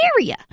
area